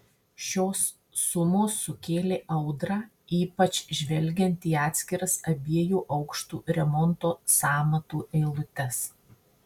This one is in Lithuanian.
šios sumos sukėlė audrą ypač žvelgiant į atskiras abiejų aukštų remonto sąmatų eilutes